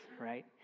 right